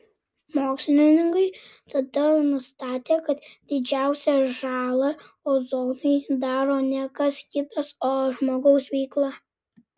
mokslininkai tada nustatė kad didžiausią žalą ozonui daro ne kas kitas o žmogaus veikla